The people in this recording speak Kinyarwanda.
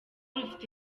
rufite